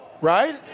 right